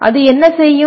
அது என்ன செய்யும்